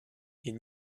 est